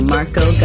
Marco